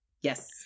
Yes